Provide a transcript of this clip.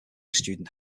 student